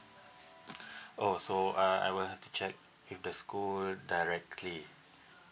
oh so uh I will have to check with the school directly